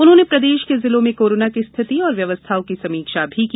उन्होंने प्रदेश के जिलों में कोरोना की स्थिति एवं व्यवस्थाओं की समीक्षा भी की